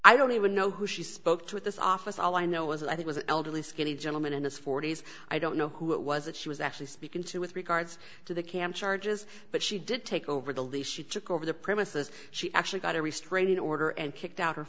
i don't even know who she spoke to at this office all i know was i think was an elderly skinny gentleman in his forty's i don't know who it was that she was actually speaking to with regards to the camp charges but she did take over the lease she took over the premises she actually got a restraining order and kicked out